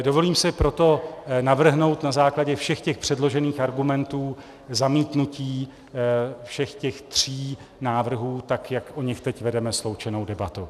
Dovolím si proto navrhnout na základě všech těch předložených argumentů zamítnutí všech tří návrhů, jak o nich teď vedeme sloučenou debatu.